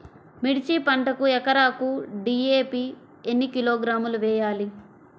మిర్చి పంటకు ఎకరాకు డీ.ఏ.పీ ఎన్ని కిలోగ్రాములు వేయాలి?